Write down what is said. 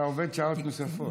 אתה עובד שעות נוספות.